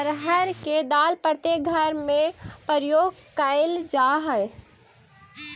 अरहर के दाल प्रत्येक घर में प्रयोग कैल जा हइ